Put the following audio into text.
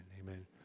Amen